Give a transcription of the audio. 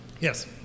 Yes